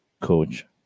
Coach